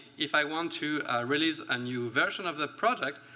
if i want to release a new version of the project,